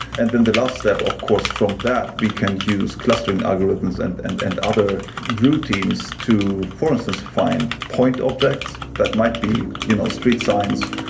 and then the last step, of course, from that, we can use clustering algorithms and and and other routines to, for instance, find point objects that might be you know street signs,